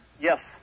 Yes